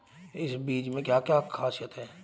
इन बीज में क्या क्या ख़ासियत है?